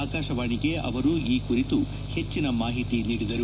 ಆಕಾಶವಾಣಿಗೆ ಅವರು ಈ ಕುರಿತು ಹೆಚ್ಚಿನ ಮಾಹಿತಿ ನೀಡಿದರು